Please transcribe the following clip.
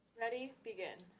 ready begin.